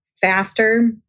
faster